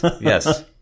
yes